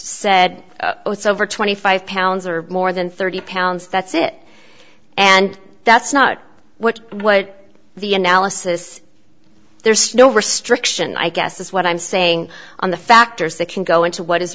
said it's over twenty five pounds or more than thirty pounds that's it and that's not what what the analysis there's no restriction i guess is what i'm saying on the factors that can go into what is